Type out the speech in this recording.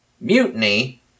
Mutiny